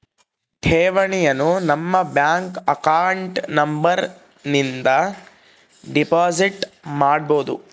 ಠೇವಣಿಯನು ನಮ್ಮ bank account number ಇಂದ ಡೆಪೋಸಿಟ್ ಮಾಡ್ಬೊದು